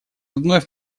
вновь